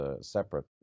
separate